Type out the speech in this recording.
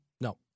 No